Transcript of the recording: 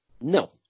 No